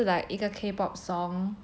是 like 一个 K-pop song